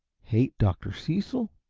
hate dr. cecil?